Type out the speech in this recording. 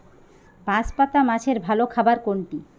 বাঁশপাতা মাছের ভালো খাবার কোনটি?